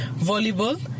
volleyball